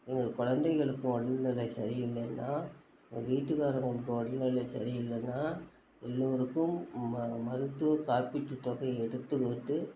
எங்கள் குழந்தைகளுக்கு உடல்நிலை சரியில்லைன்னால் எங்கள் வீட்டுக்காரர்களுக்கு உடல்நிலை சரியில்லைன்னா எல்லோருக்கும் ம மருத்துவ காப்பீட்டு தொகை எடுத்துக்கிட்டு